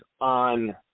on